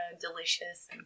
delicious